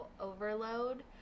overload